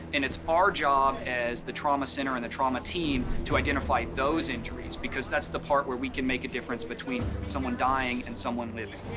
and it's our job as the trauma center and the trauma team to identify those injuries because that's the part where we can make a difference between someone dying and somenone living.